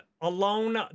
alone